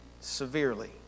severely